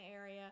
area